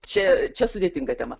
čia čia sudėtinga tema